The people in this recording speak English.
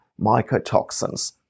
mycotoxins